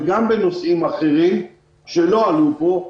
וגם בנושאים אחרים שלא עלו פה,